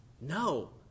No